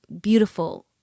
beautiful